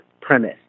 premise